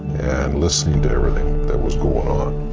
and listening to everything that was going on.